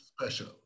Special